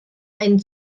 einen